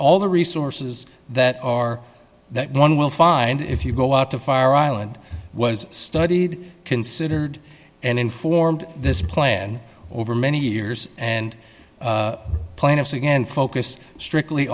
all the resources that are that one will find if you go out to fire island was studied considered and informed this plan over many years and plaintiffs again focused strictly